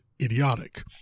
idiotic